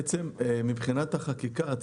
מבחינת החקיקה,